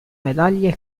medaglie